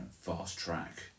fast-track